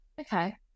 Okay